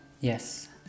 Yes